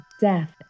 death